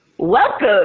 welcome